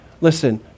Listen